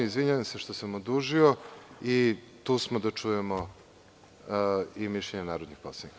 Izvinjavam se što sam odužio i tu smo da čujemo i mišljenja narodnih poslanika.